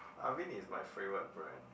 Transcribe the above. Avene is my favorite brand